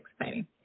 exciting